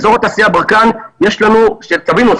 שתבינו,